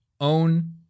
own